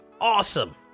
awesome